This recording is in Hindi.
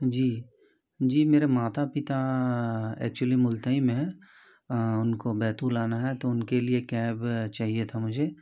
जी जी मेरे माता पिता एक्चुअली मुलतई में हैं उनको बैतूल आना है तो उनके लिए कैब चाहिए था मुझे